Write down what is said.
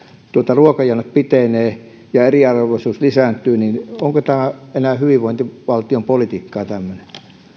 ruokajonot pitenevät ja eriarvoisuus lisääntyy onko tämä tämmöinen enää hyvinvointivaltion politiikkaa